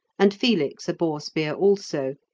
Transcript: and felix a boar-spear also,